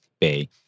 Bay